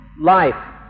life